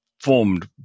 formed